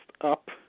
up